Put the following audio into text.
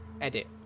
Edit